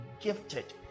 gifted